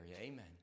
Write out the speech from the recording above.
Amen